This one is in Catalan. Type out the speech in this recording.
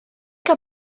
que